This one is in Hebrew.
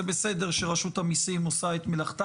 זה בסדר שרשות המיסים עושה את מלאכה,